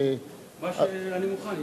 אני מוכן,